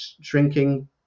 shrinking